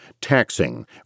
taxing